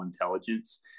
intelligence